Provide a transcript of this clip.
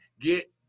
get